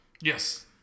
Yes